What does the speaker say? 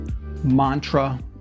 mantra